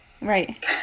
Right